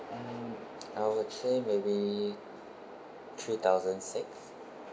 um I would say maybe three thousand six